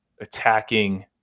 attacking